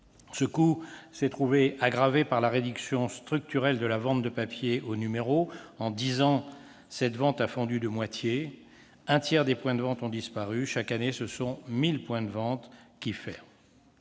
Ce coût s'est trouvé aggravé par la réduction structurelle de la vente de presse papier au numéro. En dix ans, le volume de cette vente a fondu de moitié. Un tiers des points de vente ont disparu- chaque année, ce sont 1 000 points de vente qui ferment.